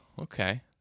Okay